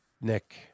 Nick